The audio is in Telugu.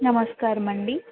నమస్కారమండి